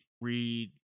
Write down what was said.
read